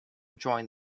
join